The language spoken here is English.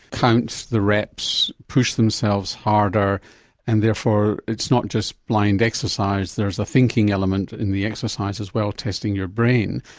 count the reps, push themselves harder and therefore it's not just blind exercise, there's a thinking element in the exercise as well, testing your brain.